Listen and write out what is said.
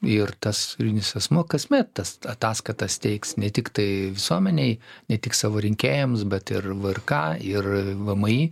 ir tas juridinis asmuo kasmet tas ataskaitas teiks ne tiktai visuomenei ne tik savo rinkėjams bet ir vrk ir vmi